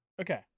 Okay